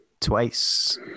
twice